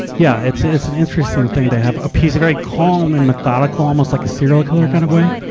yeah. it's, it's an interesting thing to have a peace, a very calm and methodical, almost like a serial killer kind of way.